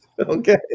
Okay